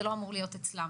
זה לא אמור להיות אצלם,